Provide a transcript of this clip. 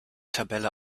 tabelle